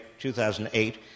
2008